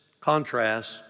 contrast